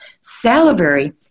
salivary